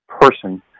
person